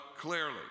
clearly